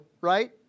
right